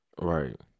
Right